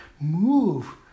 move